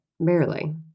barely